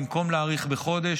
במקום להאריך בחודש,